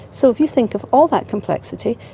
so if you think of all that complexity,